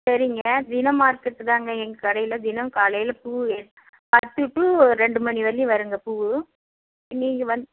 சரிங்க தினம் மார்க்கெட் தாங்க எங்கே கடையில் தினம் காலையில் பூ எடுத்து பத்து டூ ரெண்டு மணி வரையிலும் வருங்க பூ நீங்கள் வந்து